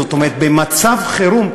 במצב חירום,